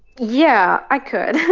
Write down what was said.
yeah, i could.